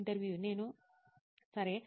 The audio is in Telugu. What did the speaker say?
ఇంటర్వ్యూఈ సరే